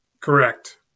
Correct